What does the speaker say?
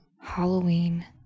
halloween